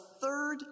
third